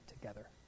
together